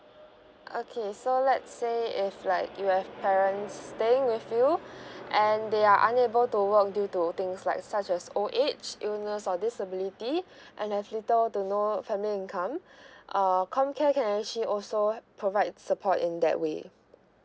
okay so let's say if like you have parents staying with you and they are unable to work due to things like such as old age illness or disability and have little to no family income uh comcare can actually also provide support in that way